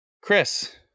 Chris